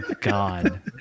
God